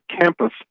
campus